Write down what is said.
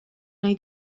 nahi